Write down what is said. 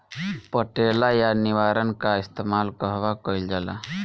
पटेला या निरावन का इस्तेमाल कहवा कइल जाला?